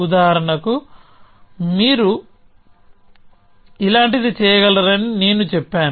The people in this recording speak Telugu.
ఉదాహరణకు మీరు ఇలాంటిది చేయగలరని నేను చెప్పాను